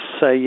say